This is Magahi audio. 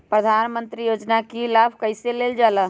प्रधानमंत्री योजना कि लाभ कइसे लेलजाला?